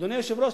אדוני היושב-ראש,